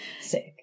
Sick